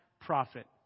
prophet